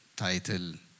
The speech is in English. title